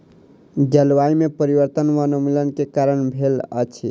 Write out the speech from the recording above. जलवायु में परिवर्तन वनोन्मूलन के कारण भेल अछि